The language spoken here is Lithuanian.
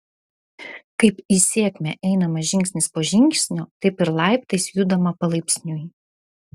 kaip į sėkmę einama žingsnis po žingsnio taip ir laiptais judama palaipsniui